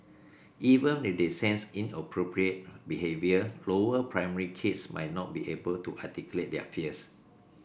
even if they sense inappropriate behaviour lower primary kids might not be able to articulate their fears